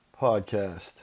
podcast